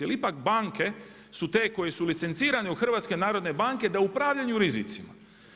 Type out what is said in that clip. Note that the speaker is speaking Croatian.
Jer ipak banke su to koje su licencirane od HNB-a da upravljanju rizicima.